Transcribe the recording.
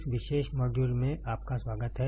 इस विशेष मॉड्यूल में आपका स्वागत है